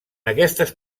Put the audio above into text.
aquestes